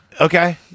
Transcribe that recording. Okay